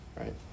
right